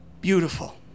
beautiful